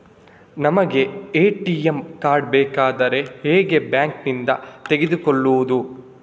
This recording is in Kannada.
ನಮಗೆ ಎ.ಟಿ.ಎಂ ಕಾರ್ಡ್ ಬೇಕಾದ್ರೆ ಹೇಗೆ ಬ್ಯಾಂಕ್ ನಿಂದ ತೆಗೆದುಕೊಳ್ಳುವುದು?